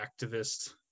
activist